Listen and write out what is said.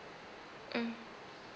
mm